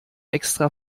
extra